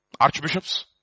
Archbishops